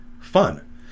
fun